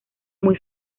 muy